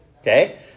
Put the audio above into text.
Okay